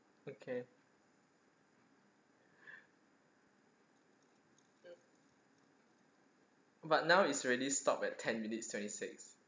okay but now is really stop at ten minutes twenty six